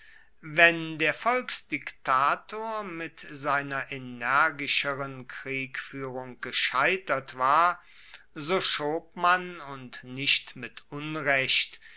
wenn der volksdiktator mit seiner energischeren kriegfuehrung gescheitert war so schob man und nicht mit unrecht